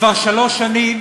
כבר שלוש שנים